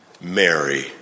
Mary